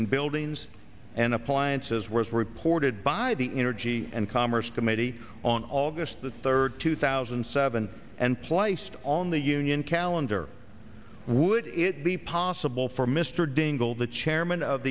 in buildings and appliances words were reported by the energy and commerce committee on august the third two thousand and seven and placed on the union calendar would it be possible for mr dingell the chairman of